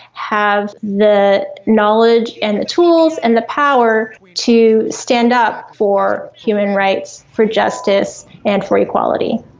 have the knowledge and the tools and the power to stand up for human rights, for justice and for equality.